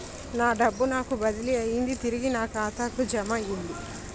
నా డబ్బు నాకు బదిలీ అయ్యింది తిరిగి నా ఖాతాకు జమయ్యింది